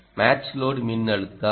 match load மின்னழுத்தம் 0